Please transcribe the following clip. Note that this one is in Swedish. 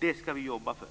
Det ska vi jobba för.